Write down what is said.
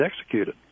executed